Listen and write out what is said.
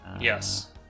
Yes